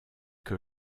que